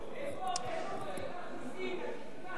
איפה קונים כרטיסים לקרקס שאתה עושה עכשיו?